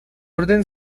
orden